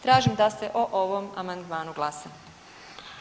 Tražim da se o ovom amandmanu glasa.